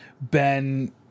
Ben